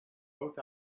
both